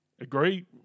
Agree